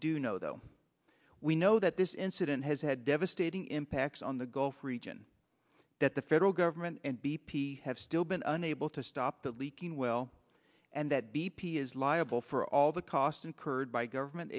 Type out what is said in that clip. do know though we know that this incident has had devastating impacts on the gulf region that the federal government and b p have still been unable to stop the leaking well and that b p is liable for all the cost incurred by government